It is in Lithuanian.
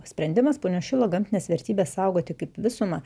sprendimas punios šilo gamtines vertybes saugoti kaip visumą